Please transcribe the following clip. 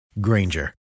Granger